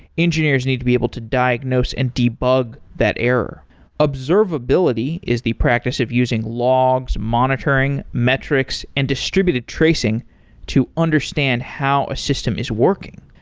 engineers need to be able to diagnose and debug that error observability is the practice of using logs, monitoring, metrics and distributed tracing to understand how a system is working.